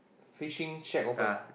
fishing check open